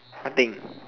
what thing